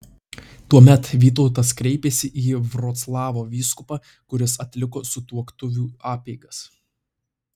tuomet vytautas kreipėsi į vroclavo vyskupą kuris atliko sutuoktuvių apeigas